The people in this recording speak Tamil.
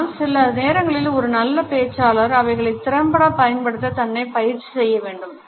ஆனால் சில நேரங்களில் ஒரு நல்ல பேச்சாளர் அவைகளை திறம்பட பயன்படுத்த தன்னை பயிற்சி செய்ய வேண்டும்